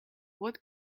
what